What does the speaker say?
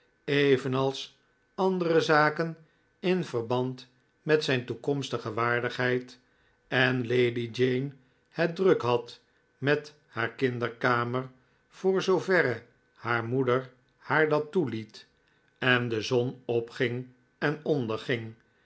evenals andere zaken in verband met zijn toekomstige waardigheid en lady jane het druk had met haar kinderkamer voor zooverre haar moeder haar dat toeliet en de zon opging en onderging